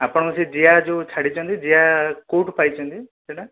ଆପଣ ସେ ଜିଆ ଯେଉଁ ଛାଡ଼ିଛନ୍ତି ଜିଆ କେଉଁଠୁ ପାଇଛନ୍ତି ସେଇଟା